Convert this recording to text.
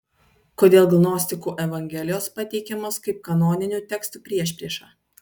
kodėl gnostikų evangelijos pateikiamos kaip kanoninių tekstų priešprieša